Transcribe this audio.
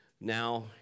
now